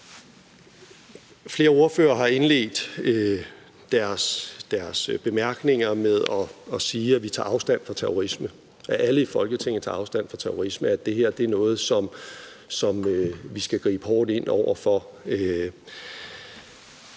flere ordførere, der har indledt deres bemærkninger med at sige, at de tager afstand fra terrorisme, at alle i Folketinget tager afstand fra terrorisme, og at det her er noget, som vi skal gribe kraftigt ind over for,